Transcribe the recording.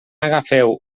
agafeu